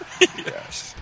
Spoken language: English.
yes